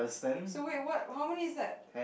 so wait what how many is that